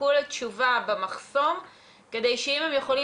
בהם חשוב לציין גם הרבה קטינים שכל עיכוב בטפול גורם